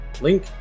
link